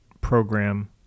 program